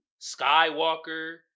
Skywalker